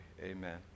Amen